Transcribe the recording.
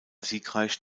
siegreich